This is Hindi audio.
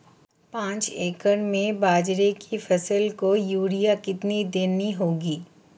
पांच एकड़ में बाजरे की फसल को यूरिया कितनी देनी होगी?